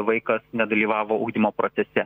vaikas nedalyvavo ugdymo procese